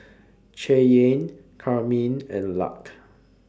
Cheyanne Carmine and Luc